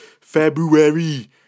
February